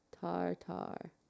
tartar